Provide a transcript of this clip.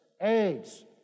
AIDS